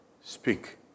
Speak